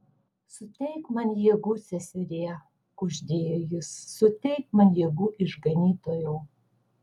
suteik man jėgų seserie kuždėjo jis suteik man jėgų išganytojau